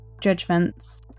judgments